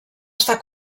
està